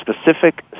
specific